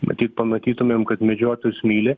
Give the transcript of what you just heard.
matyt pamatytumėm kad medžiotojus myli